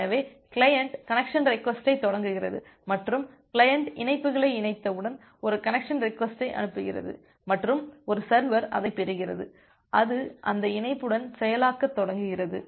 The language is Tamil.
எனவே கிளையன்ட் கனெக்சன் ரெக்வஸ்ட்டை தொடங்குகிறது மற்றும் கிளையன்ட் இணைப்புகளை இணைத்தவுடன் ஒரு கனெக்சன் ரெக்வஸ்ட்டை அனுப்புகிறது மற்றும் ஒரு சர்வர் அதைப் பெறுகிறது அது அந்த இணைப்புடன் செயலாக்கத் தொடங்குகிறது